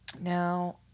now